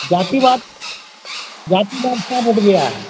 जातिवाद जातिवाद सब उठ गया है